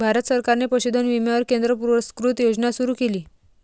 भारत सरकारने पशुधन विम्यावर केंद्र पुरस्कृत योजना सुरू केली